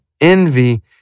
envy